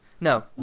No